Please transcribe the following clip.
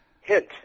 hint